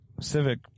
Civic